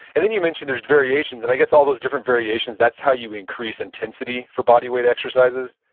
and then you mentioned there's variations, and i guess, all those different variations, that's how you increase intensity for bodyweight exercises?